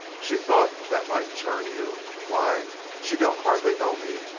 she thought that might turn you. why she don't hardly know me!